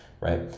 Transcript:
right